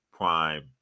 prime